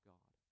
God